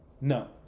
No